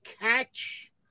catch